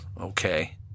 Okay